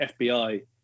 FBI